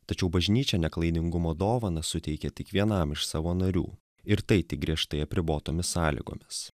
tačiau bažnyčia neklaidingumo dovaną suteikė tik vienam iš savo narių ir tai tik griežtai apribotomis sąlygomis